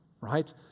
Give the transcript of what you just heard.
right